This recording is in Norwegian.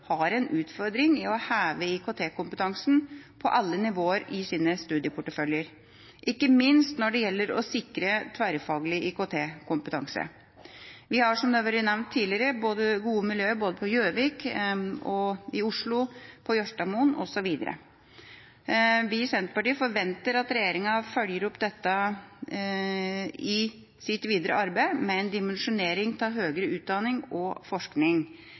har en utfordring i å heve IKT-kompetansen på alle nivåer i sine studieporteføljer, ikke minst når det gjelder å sikre tverrfaglig IKT-kompetanse. Vi har, som det har vært nevnt tidligere, gode miljøer både på Gjøvik, i Oslo, på Jørstadmoen osv. Vi i Senterpartiet forventer at regjeringa følger opp dette i sitt videre arbeid med dimensjonering av høyere utdanning og forskning,